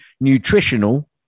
nutritional